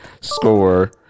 score